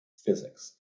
physics